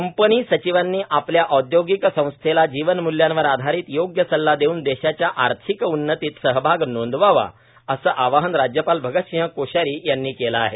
company सचिवांनी आपल्या औदयोगिक संस्थेला जीवनमूल्यांवर आधारित योग्य सल्ला देऊन देशाच्या आर्थिक उन्नतीत सहभाग नोंदवावा असं आवाहन राज्यपाल भगत सिंह कोश्यारी यांनी केलं आहे